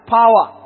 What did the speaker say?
power